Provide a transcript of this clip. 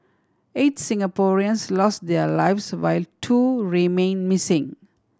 eight Singaporeans lost their lives while two remain missing